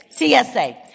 TSA